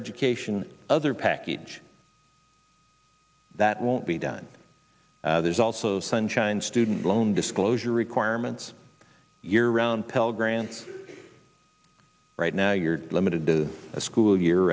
education other package that won't be done there's also sunshine student loan disclosure requirements year round pell grants right now you're limited to a school year